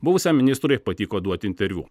buvusiam ministrui patiko duoti interviu